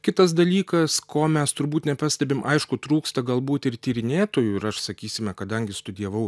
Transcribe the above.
kitas dalykas ko mes turbūt nepastebim aišku trūksta galbūt ir tyrinėtojų ir aš sakysime kadangi studijavau